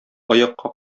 аякка